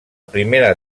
primera